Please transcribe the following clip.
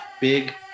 Big